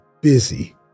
busy